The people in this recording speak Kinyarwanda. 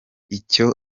icyo